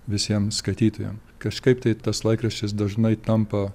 visiem skaitytojams kažkaip tai tas laikraštis dažnai tampa